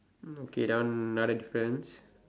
mm okay that one another difference